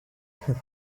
have